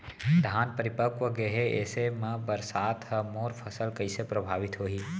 धान परिपक्व गेहे ऐसे म बरसात ह मोर फसल कइसे प्रभावित होही?